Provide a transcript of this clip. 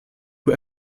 who